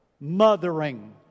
mothering